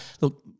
look